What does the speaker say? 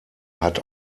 hat